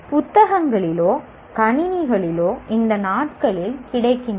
புத்தகங்களிலோ கணினிகளிலோ இந்த நாட்களில் கிடைக்கின்றன